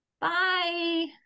Bye